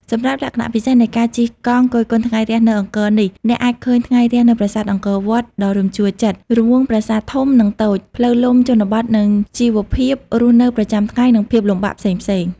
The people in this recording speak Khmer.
សម្រាប់លក្ខណៈពិសេសនៃការជិះកង់គយគន់ថ្ងៃរះនៅអង្គរនេះ អ្នកអាចឃើញ ថ្ងៃរះនៅប្រាសាទអង្គរវត្តដ៏រំជួលចិត្ត រង្វង់ប្រាសាទធំ និងតូច ផ្លូវលំជនបទនិងជីវភាពរស់នៅប្រចាំថ្ងៃ និងភាពលំបាកផ្សេងៗ។